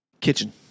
kitchen